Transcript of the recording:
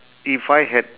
if I had